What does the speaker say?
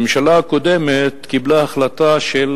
הממשלה הקודמת קיבלה החלטה של